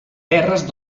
terres